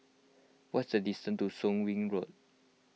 what's the distance to Soon Wing Road